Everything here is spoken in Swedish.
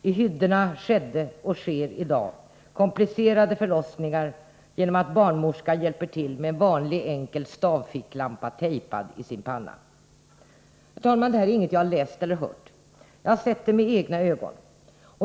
I hyddorna skedde och sker komplicerade förlossningar genom att barnmorskan hjälper till med en vanlig enkel stavficklampa tejpad i sin panna. Herr talman! Detta är inget jag läst eller hört. Jag har sett det med egna ögon.